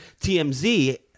TMZ